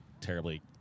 terribly